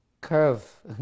Curve